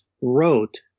wrote